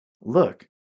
Look